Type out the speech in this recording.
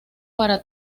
para